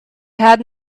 had